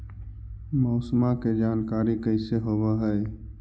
मौसमा के जानकारी कैसे होब है?